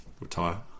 retire